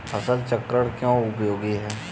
फसल चक्रण क्यों उपयोगी है?